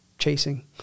Chasing